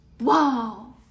Wow